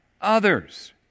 others